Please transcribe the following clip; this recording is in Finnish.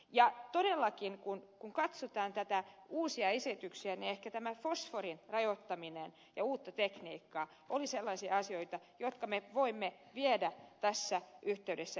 ja todellakin kun katsotaan näitä uusia esityksiä niin ehkä tämä fosforin rajoittaminen ja uusi tekniikka olivat sellaisia asioita jotka me voimme viedä tässä yhteydessä eteenpäin